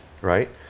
right